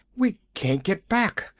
we can't get back.